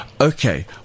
okay